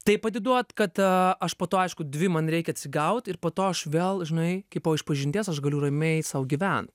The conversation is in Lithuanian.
taip atiduot kad aš po to aišku dvi man reikia atsigaut ir po to aš vėl žinai kaip po išpažinties aš galiu ramiai sau gyven